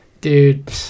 dude